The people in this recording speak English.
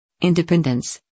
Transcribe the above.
independence